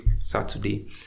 Saturday